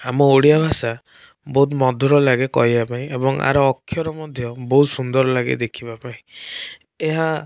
ଆମ ଓଡ଼ିଆ ଭାଷା ବହୁତ ମଧୁର ଲାଗେ କହିବା ପାଇଁ ଏବଂ ଏହାର ଅକ୍ଷର ମଧ୍ୟ ବହୁତ ସୁନ୍ଦର ଲାଗେ ଦେଖିବା ପାଇଁ ଏହା